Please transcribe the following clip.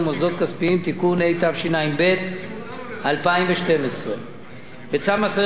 התשע"ב 2012. בצו מס ערך מוסף (שיעור המס